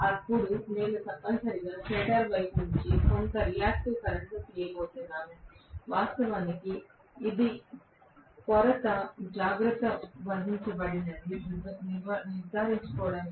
అప్పుడు నేను తప్పనిసరిగా స్టేటర్ వైపు నుండి కొంత రియాక్టివ్ కరెంట్ తీయబోతున్నాను వాస్తవానికి ఇది కొరత జాగ్రత్త వహించబడిందని నిర్ధారించుకోవడానికి